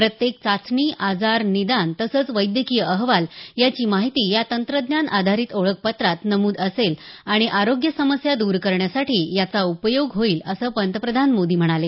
प्रत्येक चाचणी आजार निदान तसंच वैद्यकीय अहवाल याची माहिती या तंत्रज्ञान आधारित ओळखपत्रात नमूद असेल आणि आरोग्य समस्या द्र करण्यासाठी याचा उपयोग होईल असं पंतप्रधान मोदी म्हणाले